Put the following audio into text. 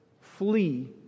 flee